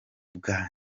bwa